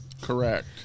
Correct